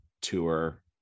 Tour